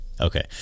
Okay